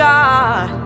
God